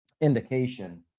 indication